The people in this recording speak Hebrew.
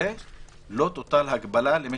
זה יכול לקדם את הנושא של הגבייה השחורה בישראל,